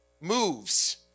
moves